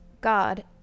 God